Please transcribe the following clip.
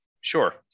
Sure